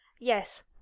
yes